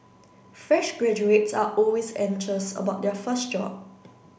fresh graduates are always anxious about their first job